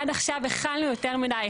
עד עכשיו הכלנו יותר מדי,